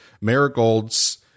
marigolds